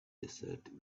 desert